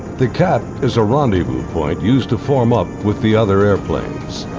the cap is a rendezvous point used to form up with the other airplanes.